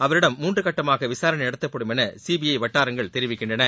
அவரிடம் மூன்றுகட்டமாகவிசாரணைநடத்தப்படும் எனசிபிஐவட்டாரங்கள் தெரிவிக்கின்றன